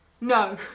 No